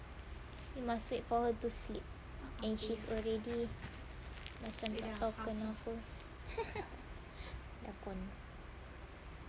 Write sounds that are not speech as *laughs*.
you must wait for her to sleep and she's already macam tak tahu kenapa *laughs* dah gone